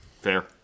Fair